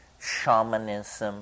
shamanism